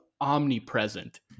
omnipresent